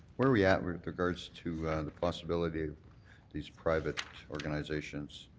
where are we at with regards to the possibility of these private organizations